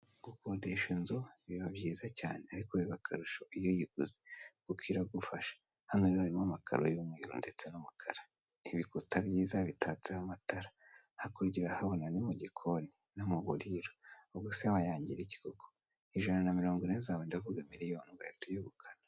Gukodesha inzu biba byiza cyane ariko biba akarusho iyo uyiguze kuko iragufasha hano rero harimo amakaro y'umweru ndetse n'umukara, ibikuta byiza bitatseho amatara, hakurya urahabona ni mu gikoni no mu buriro ubuse wayangira iki koko? Ijana na mirongo ine zawe ndavuga miriyoni ugahita uyegukana.